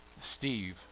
Steve